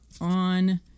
on